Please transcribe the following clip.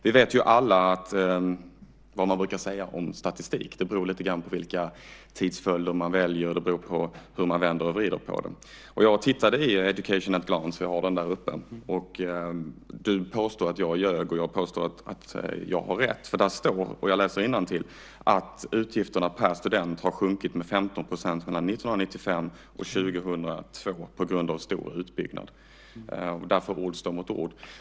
Vi vet alla vad man brukar säga om statistik, nämligen att det lite grann beror på vilka tidsföljder man väljer och hur man vänder och vrider på dem. Jag tittade i Education at a Glance . Du påstod att jag ljög, och jag påstår att jag har rätt, för där står nämligen, om man läser innantill, att utgifterna per student sjunkit med 15 % mellan 1995 och 2002 på grund av stor utbyggnad. Därför står ord mot ord.